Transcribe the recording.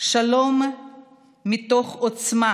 שלום מתוך עוצמה,